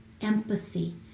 empathy